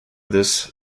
this